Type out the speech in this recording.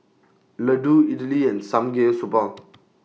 Ladoo Idili and Samgeyopsal